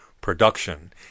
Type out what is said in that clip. production